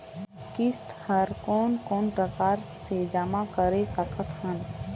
किस्त हर कोन कोन प्रकार से जमा करा सकत हन?